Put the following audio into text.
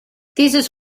dieses